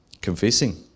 Confessing